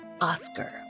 Oscar